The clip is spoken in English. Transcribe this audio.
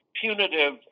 punitive